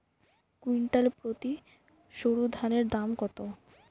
Quintal প্রতি সরুধানের দাম কত?